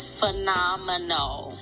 phenomenal